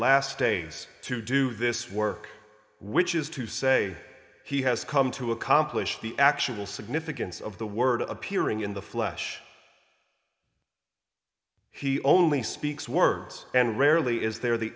last days to do this work which is to say he has come to accomplish the actual significance of the word appearing in the flesh he only speaks words and rarely is there the